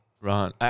Ron